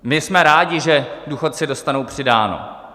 My jsme rádi, že důchodci dostanou přidáno.